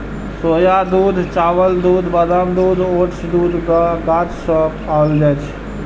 सोया दूध, चावल दूध, बादाम दूध, ओट्स दूध गाछ सं पाओल जाए छै